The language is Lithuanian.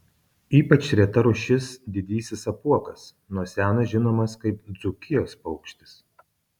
ypač reta rūšis didysis apuokas nuo seno žinomas kaip dzūkijos paukštis